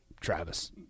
Travis